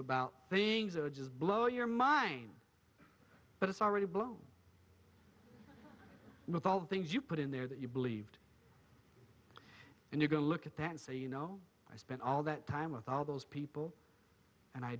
about things or just blow your mind but it's already blown up with all the things you put in there that you believed in you're going to look at that and say you know i spent all that time with all those people and i